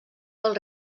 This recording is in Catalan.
del